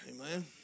Amen